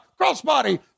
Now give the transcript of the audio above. Crossbody